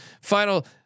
final